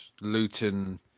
Luton